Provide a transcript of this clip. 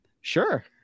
Sure